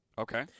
Okay